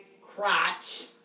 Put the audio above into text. crotch